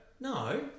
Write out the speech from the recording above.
No